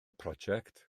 prosiect